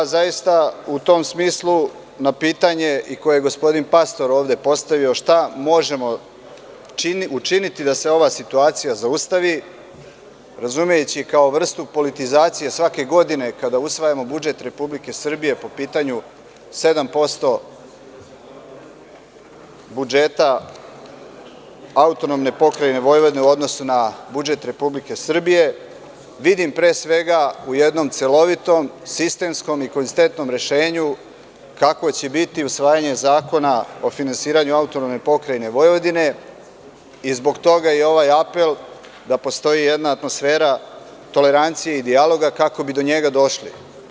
Zaista u tom smislu, na pitanje koje je i gospodin Pastor ovde postavio – šta možemo učiniti da se ova situacija zaustavi, razumejući kao vrstu politizacije, svake godine kada usvajamo budžet Republike Srbije, po pitanju 7% budžeta AP Vojvodine u odnosu na budžet Republike Srbije, vidim pre svega u jednom celovitom, sistemskom i konzistentnom rešenju, kakvo će biti usvajanje zakona o finansiranju AP Vojvodine i zbog toga je ovaj apel da postoji jedna atmosfera tolerancije i dijaloga, kako bi do njega došli.